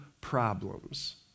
problems